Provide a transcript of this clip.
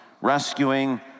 rescuing